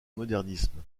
modernisme